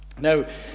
Now